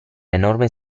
enorme